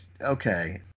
okay